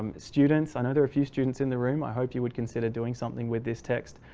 um students, i know there are few students in the room. i hope you would consider doing something with this text.